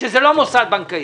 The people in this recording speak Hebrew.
שזה לא מוסד בנקאי,